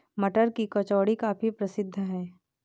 मटर की कचौड़ी काफी प्रसिद्ध है